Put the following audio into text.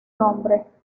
nombre